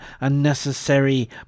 unnecessary